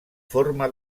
forma